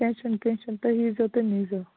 کیٚنٛہہ چھُنہٕ کیٚنٛہہ چھُنہٕ تُہۍ ییٖزیٚو تہٕ نیٖزیٚو